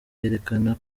yerekana